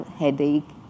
headache